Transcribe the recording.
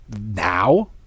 now